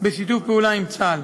בשיתוף פעולה עם צה"ל.